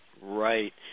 Right